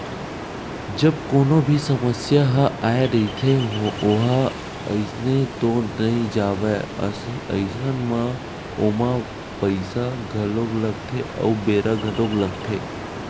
जब कोनो भी समस्या ह आय रहिथे ओहा अइसने तो नइ जावय अइसन म ओमा पइसा घलो लगथे अउ बेरा घलोक लगथे